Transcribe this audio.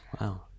wow